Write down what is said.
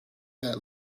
that